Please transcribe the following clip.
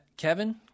Kevin